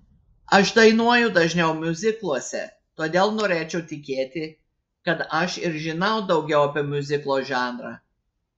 aš dainuoju dažniau miuzikluose todėl norėčiau tikėti kad aš ir žinau daugiau apie miuziklo žanrą